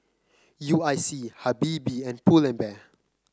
U I C Habibie and Pull and Bear